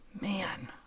man